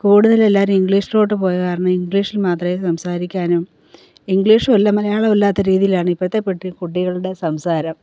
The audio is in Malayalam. കൂടുതൽ എല്ലാവരും ഇംഗ്ലിഷിലോട്ട് പോയത് കാരണം ഇംഗ്ലീഷിൽ മാത്രമേ സംസാരിക്കാനും ഇംഗ്ലീഷും അല്ല മലയാളവും അല്ലാത്ത രീതിയിലാണ് ഇപ്പത്തെ കുട്ടികളുടെ സംസാരം